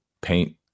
paint